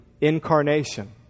Incarnation